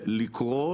לקרוא